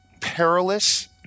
perilous